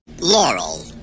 Laurel